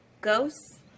ghosts